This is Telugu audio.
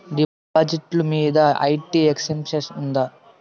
డిపాజిట్లు మీద ఐ.టి ఎక్సెంప్షన్ ఉందా?